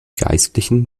geistlichen